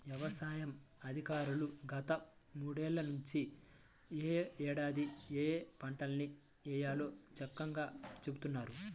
యవసాయ అధికారులు గత మూడేళ్ళ నుంచి యే ఏడాది ఏయే పంటల్ని వేయాలో చక్కంగా చెబుతున్నారు